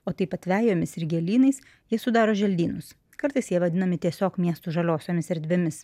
o taip pat vejomis ir gėlynais jie sudaro želdynus kartais jie vadinami tiesiog miesto žaliosiomis erdvėmis